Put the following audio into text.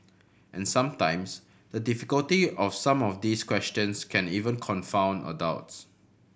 and sometimes the difficulty of some of these questions can even confound adults